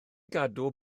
gadw